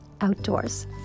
outdoors